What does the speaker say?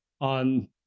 on